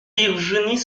virginie